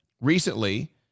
recently